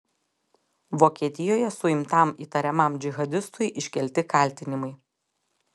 vokietijoje suimtam įtariamam džihadistui iškelti kaltinimai